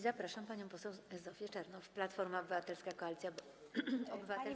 Zapraszam panią poseł Zofię Czernow, Platforma Obywatelska - Koalicja Obywatelska.